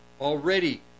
Already